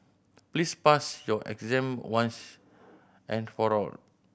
please pass your exam once and for all